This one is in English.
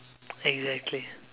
exactly